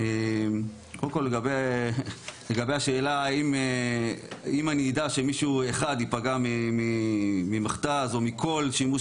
קודם כל לגבי השאלה אם אני אדע שמישהו אחד יפגע ממכת"ז או מכל שימוש